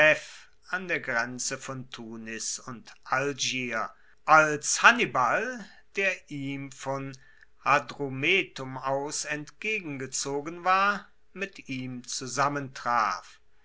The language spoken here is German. an der grenze von tunis und algier als hannibal der ihm von hadrumetum aus entgegengezogen war mit ihm